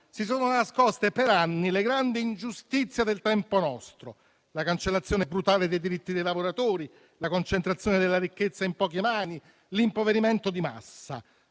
si sono nascoste per anni le grandi ingiustizie del nostro tempo: la cancellazione brutale dei diritti dei lavoratori, la concentrazione della ricchezza in poche mani, l'impoverimento di massa.